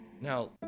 Now